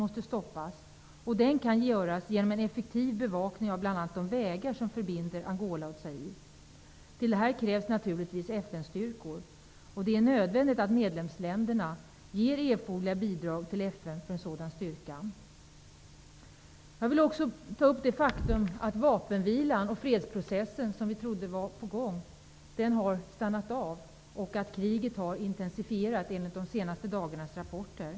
Detta kan göras genom en effektiv bevakning av bl.a. de vägar som förbinder Angola och Zaire. För detta krävs naturligtvis FN-styrkor. Det är nödvändigt att medlemsländerna ger FN erforderliga bidrag till en sådan styrka. Jag vill också ta upp det faktum att vapenvilan och fredsprocessen, som vi trodde var på gång, har stannat av. Kriget har intensifierats enligt de senaste dagarnas rapporter.